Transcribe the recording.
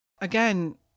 again